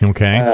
Okay